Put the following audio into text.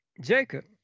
Jacob